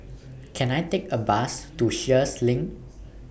Can I Take A Bus to Sheares LINK